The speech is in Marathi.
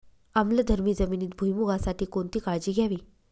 आम्लधर्मी जमिनीत भुईमूगासाठी कोणती काळजी घ्यावी?